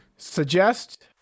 Suggest